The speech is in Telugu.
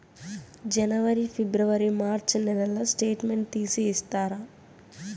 జనవరి, ఫిబ్రవరి, మార్చ్ నెలల స్టేట్మెంట్ తీసి ఇస్తారా?